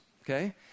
okay